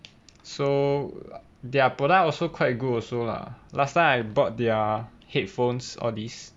so their product also quite good also lah last time I bought their headphones all these